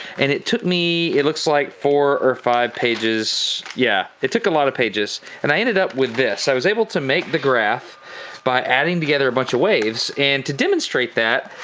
and it took me, it looks like four or five pages, yeah. it took a lot of pages and i ended up with this. i was able to make the graph by adding together a bunch of waves and to demonstrate that,